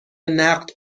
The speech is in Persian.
نقد